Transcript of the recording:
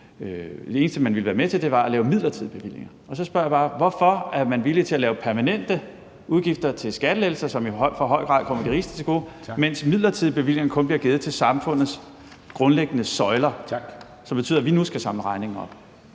det eneste, man ville være med til, at lave midlertidige bevillinger. Og så spørger jeg bare: Hvorfor er man villig til at lave permanente udgifter til skattelettelser, som i for høj grad kommer de rigeste til gode, mens der kun bliver givet midlertidige bevillinger til samfundets grundlæggende søjler, hvilket betyder, at vi nu skal samle regningen op?